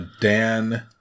Dan